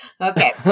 Okay